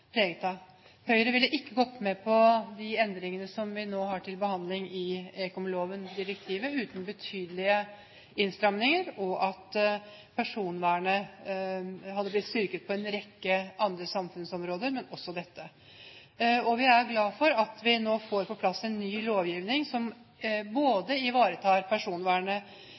Høyre ville ikke gått med på de endringene som vi nå har til behandling i ekomloven, direktivet, uten betydelige innstramninger og uten at personvernet hadde blitt styrket på en rekke andre samfunnsområder, men også på dette. Vi er glad for at vi nå får på plass en ny lovgivning som ivaretar personvernet